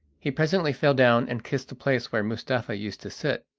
he presently fell down and kissed the place where mustapha used to sit,